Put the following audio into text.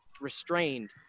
restrained